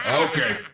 and okay,